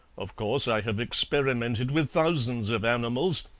of course i have experimented with thousands of animals,